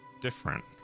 different